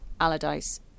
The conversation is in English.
Allardyce